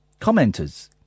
Commenters